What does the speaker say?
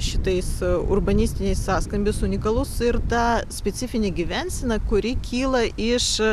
šitais urbanistiniais sąskambis unikalus ir ta specifinė gyvensena kuri kyla iš